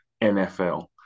NFL